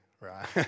right